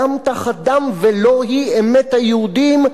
דם תחת דם, ולא היא אמת היהודים.